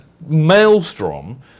maelstrom